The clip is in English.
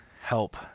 help